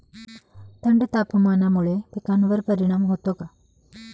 थंड तापमानामुळे पिकांवर परिणाम होतो का?